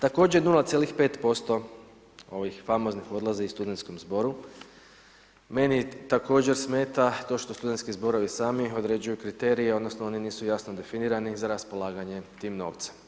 Također 0,5%, ovih famoznih odlaze i studentskom zboru, meni također smeta to što studentski zborovi sami određuju kriterije odnosno oni nisu jasni definirani za raspolaganje tim novcem.